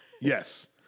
Yes